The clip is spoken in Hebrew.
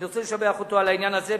אני רוצה לשבח אותו על העניין הזה.